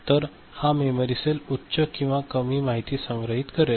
तर हा memory cell उच्च किंवा कमी माहिती संग्रहित करेल